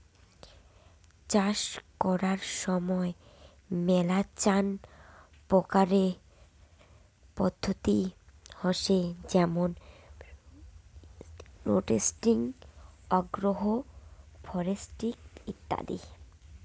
চাষ করার সময় মেলাচান প্রকারের পদ্ধতি হসে যেমন রোটেটিং, আগ্রো ফরেস্ট্রি ইত্যাদি